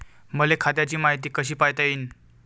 मले खात्याची मायती कशी पायता येईन?